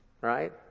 right